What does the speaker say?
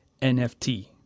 NFT